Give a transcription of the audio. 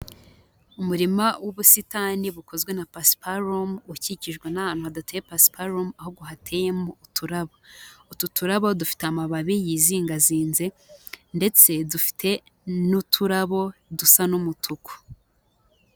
Umurima w'ubusitani bukozwe na pasipalumu, ukikijwe n'ahantu hadateye pasipalumu ahubwo hateyemo uturabo. Utu turabo dufite amababi yizingazinze ndetse dufite n'uturabo dusa n'umutuku.